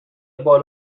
بال